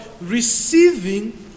receiving